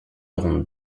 ronde